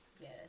Yes